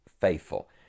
faithful